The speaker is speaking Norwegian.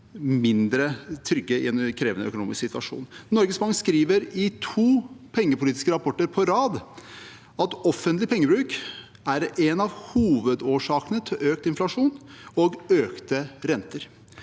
mindre trygge i en krevende økonomisk situasjon. Norges Bank skriver i to pengepolitiske rapporter på rad at offentlig pengebruk er en av hovedårsakene til økt inflasjon og økte renter.